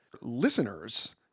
listeners